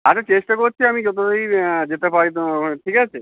আচ্ছা চেষ্টা করছি আমি যত তাড়ি যেতে পারি তো আমার ঠিক আছে